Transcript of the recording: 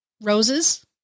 roses